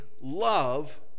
love